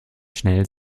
schnell